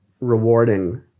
rewarding